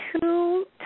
two